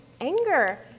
anger